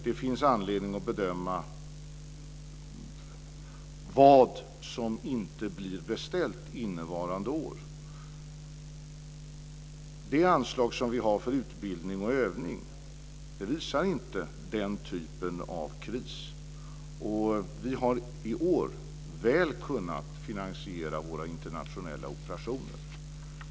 Det finns anledning att bedöma vad som inte blir beställt innevarande år. Det anslag som vi har för utbildning och övning visar inte den typen av kris. Vi har i år väl kunnat finansiera våra internationella operationer.